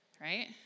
right